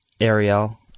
Ariel